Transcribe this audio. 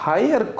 Higher